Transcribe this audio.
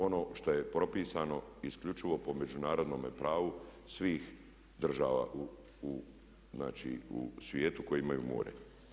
Ono što je propisano isključivo po međunarodnome pravu svih država u svijetu koje imaju more.